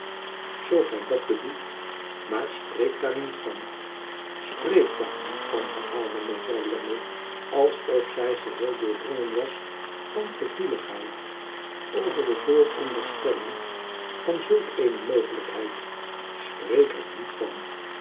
zoo gij dat bedoelt maar spreek daar niet van spreek daar niet van herhaalde mevrouw lammie alsof zij geheel doordrongen was van gevoeligheid over de vooronderstelling van zulk eene mogelijkheid spreek er niet van